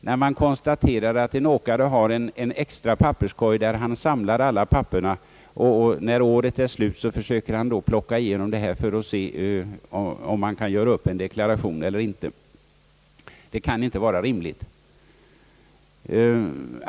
När en åkare har en extra papperskorg där han samlar alla papper och när året är slut försöker plöja igenom dessa papper för att se, om han kan göra en deklaration eller inte, så måste man konstatera att det inte råder rimliga förhållanden.